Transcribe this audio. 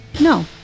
no